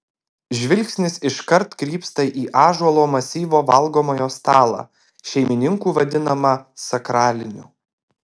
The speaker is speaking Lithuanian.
žvilgsnis iškart krypsta į ąžuolo masyvo valgomojo stalą šeimininkų vadinamą sakraliniu